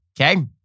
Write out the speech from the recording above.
Okay